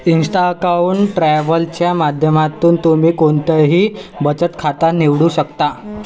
Insta account travel च्या माध्यमातून तुम्ही कोणतंही बचत खातं निवडू शकता